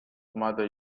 mother